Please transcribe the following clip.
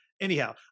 Anyhow